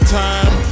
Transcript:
time